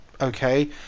okay